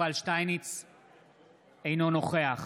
אינו נוכח